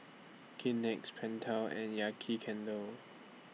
Kleenex Pentel and Yankee Candle